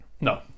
No